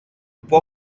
può